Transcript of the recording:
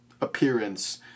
appearance